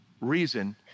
reason